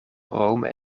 rome